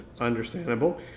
understandable